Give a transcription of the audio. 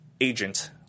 agent